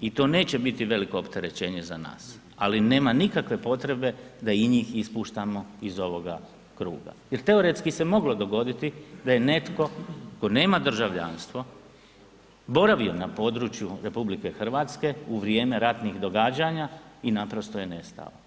i to neće biti velio opterećenje za nas ali nema nikakve potrebe da i njih ispuštamo iz ovoga kruga jer teoretski se moglo dogoditi i da je netko tko nema državljanstvo, boravio na području RH u vrijeme ratnih događanja i naprosto je nestao.